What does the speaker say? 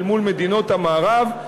אל מול מדינות המערב,